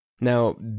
Now